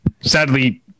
sadly